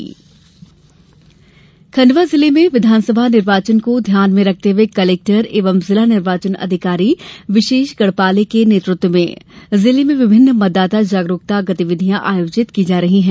SVEEP गतिविधियां खंडवा जिले में विधानसभा निर्वाचन को ध्यान में रखते हुए कलेक्टर एवं जिला निर्वाचन अधिकारी विशेष गढ़पाले के नेतृत्व में जिले में विभिन्न मतदाता जागरूकता गतिविधियां आयोजित की जा रही है